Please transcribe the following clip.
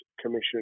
Commission